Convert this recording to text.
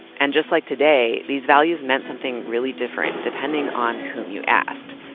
and just like today, these values meant something really different depending on whom you asked.